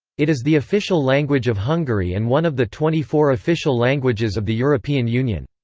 it is the official language of hungary and one of the twenty four official languages of the european union.